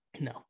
no